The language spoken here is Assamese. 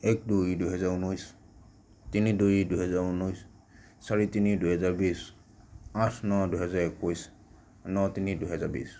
এক দুই দুহেজাৰ ঊনৈছ তিনি দুই দুহেজাৰ ঊনৈছ চাৰি তিনি দুহেজাৰ বিছ আঠ ন দুহেজাৰ একৈছ ন তিনি দুহেজাৰ বিছ